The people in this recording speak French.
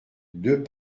deux